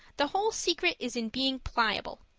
the whole secret is in being pliable.